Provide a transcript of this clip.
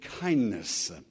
kindness